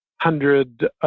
hundred